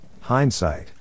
hindsight